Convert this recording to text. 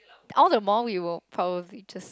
all the more we will probably just